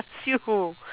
you